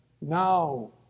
now